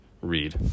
read